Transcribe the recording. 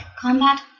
combat